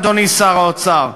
אדוני שר האוצר,